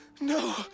no